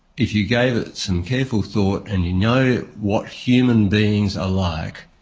if you gave it some careful thought and you know what human beings are like,